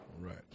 right